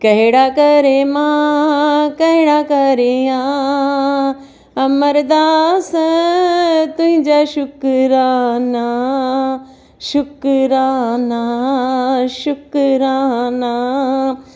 कहिड़ा करे मां कहिड़ा करियां अमरदास तुंहिंजा शुकराना शुकराना शुकराना